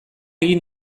egin